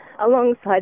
Alongside